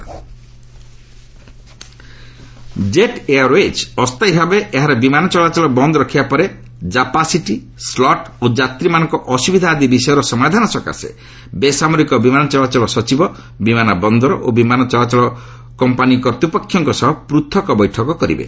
secretary Jet ଏୟାରଓ୍ପେକ Jet Airways ଅସ୍ଥାୟୀଭାବେ ଏହାର ବିମାନ ଚଳାଚଳ ବନ୍ଦ ରଖିବା ପରେ ଜାପାସିଟି ସ୍କଟ ଓ ଯାତ୍ରୀମାନଙ୍କର ଅସୁବିଧା ଆଦି ବିଷୟର ସମାଧାନ ସକାଶେ ବେସାମରିକ ବିମାନ ଚଳାଚଳ ସଚିବ ବିମାନବନ୍ଦର ଓ ବିମାନ ଚଳାଚଳ କମ୍ପାନୀ କର୍ତ୍ତୃପକ୍ଷଙ୍କ ସହ ପୃଥକ ବୈଠକ କରିବେ